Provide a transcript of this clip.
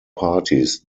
parties